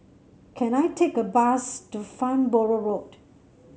can I take a bus to Farnborough Road